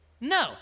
No